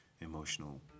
emotional